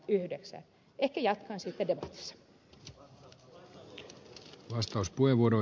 ehkä jatkan sitten debatissa